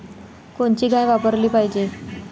कोनची गाय वापराली पाहिजे?